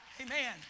Amen